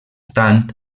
tant